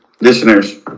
Listeners